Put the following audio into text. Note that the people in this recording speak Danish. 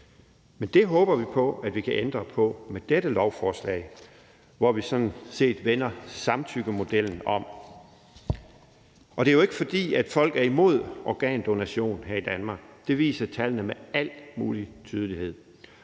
men det håber vi på at vi kan ændre på med dette beslutningsforslag, hvor vi sådan set vender samtykkemodellen om. Det er jo ikke, fordi folk er imod organdonation her i Danmark. Det viser tallene med al mulig tydelighed.